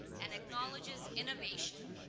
and acknowledges innovation,